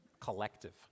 collective